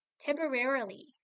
Temporarily